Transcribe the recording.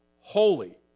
holy